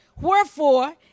Wherefore